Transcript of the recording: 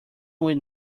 will